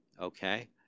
okay